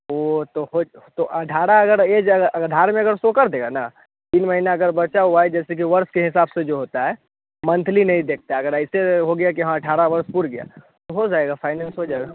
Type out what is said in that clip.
वह तो हो अठारह अगर एज है अगर आधार में अगर शो कर देगा ना तीन महीने अगर बचा हुआ है जैसे कि वर्ष के हिसाब से जो होता है मंथली नहीं देखते हैं अगर ऐसे हो गया कि हाँ अठारह वर्ष पूर गया तो हो जाएगा फाइनेंस हो जाएगा